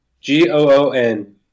G-O-O-N